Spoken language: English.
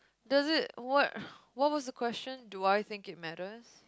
does it what what was the question do I think it matters